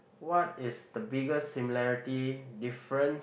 what is the biggest similarity difference